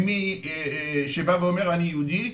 ממי שבא ואומר אני יהודי,